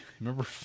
Remember